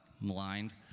maligned